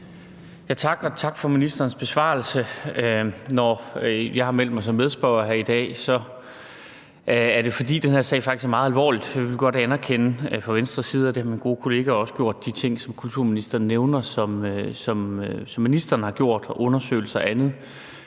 tak for ministerens besvarelse. Når jeg har meldt mig som medspørger her i dag, er det, fordi den her sag faktisk er meget alvorlig. Vi vil fra Venstres side godt anerkende – og det har min gode kollega også gjort – de ting, som kulturministeren nævner at hun har gjort i form af undersøgelser og andet.